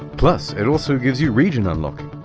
plus, it also gives you region unlock.